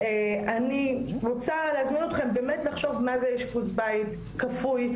אני רוצה להזמין אתכם באמת לחשוב מה זה אשפוז בית כפוי,